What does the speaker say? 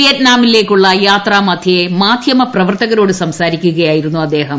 വിയറ്റ്നാമിലേക്കുള്ള യാത്രാ മദ്ധ്യേ മാധ്യമി പ്രവർത്തകരോട് സംസാരിക്കുകയായിരുന്നു അദ്ദേഹം